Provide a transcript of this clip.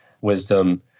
wisdom